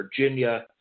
Virginia